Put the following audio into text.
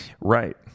Right